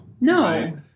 No